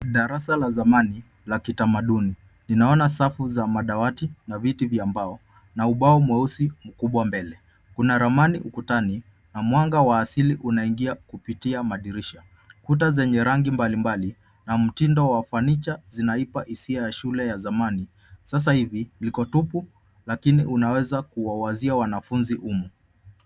Darasa la zamani la kitamaduni ninaona safu za madawati na viti vya mbao na ubao mweusi mkubwa mbele, kuna ramani ukutani na mwanga wa asili unaingia kupitia madirisha, kuta zenye rangi mbalimbali na mtindo wa fanicha zinaipa hisia ya shule ya zamani sasa hivi viko tupu lakini unaweza kuwawazia wanafunzi humu.